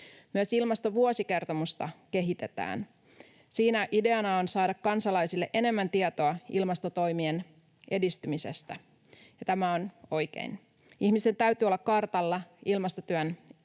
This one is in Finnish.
Myös ilmastovuosikertomusta kehitetään. Siinä ideana on saada kansalaisille enemmän tietoa ilmastotoimien edistymisestä, ja tämä on oikein. Ihmisten täytyy olla kartalla ilmastotyön tilanteesta,